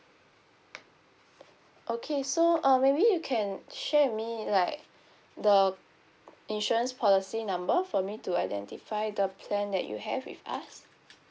okay so um maybe you can share with me like the insurance policy number for me to identify the plan that you have with us